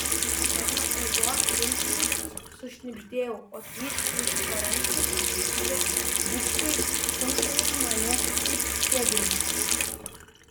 mano ego milžiniškas sušnibždėjau o trys už parankių susikibę dičkiai stumtelėjo mane it kėglį